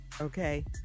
Okay